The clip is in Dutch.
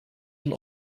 een